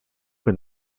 when